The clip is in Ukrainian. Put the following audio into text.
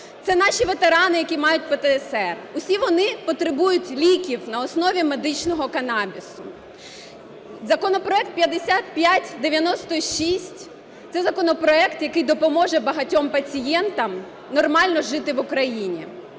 це наші ветерани, які мають ПТСР, – усі вони потребують ліків на основі медичного канабісу. Законопроект 5596 – це законопроект, який допоможе багатьом пацієнтам нормально жити в Україні.